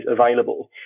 available